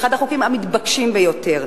וזה אחד החוקים המתבקשים ביותר.